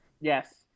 Yes